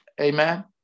Amen